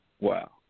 wow